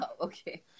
Okay